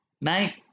Mate